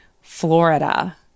Florida